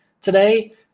today